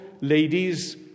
ladies